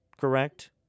correct